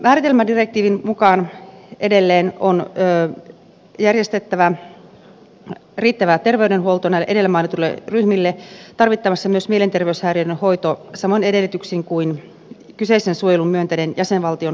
määritelmädirektiivin mukaan edelleen on järjestettävä riittävä terveydenhuolto näille edellä mainituille ryhmille tarvittaessa myös mielenterveyshäiriöiden hoito samoin edellytyksin kuin kyseisen suojelun myöntäneen jäsenvaltion kansalaisille